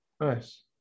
Nice